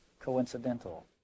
coincidental